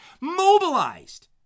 mobilized